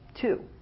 Two